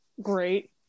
great